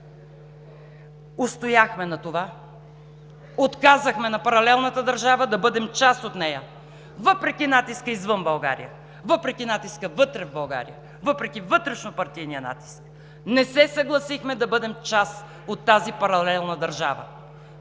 Устояхме на това, отказахме на паралелната държава да бъдем част от нея, въпреки натиска извън България, въпреки натиска вътре в България, въпреки вътрешнопартийния натиск. Не се съгласихме да бъдем част от тази паралелна държава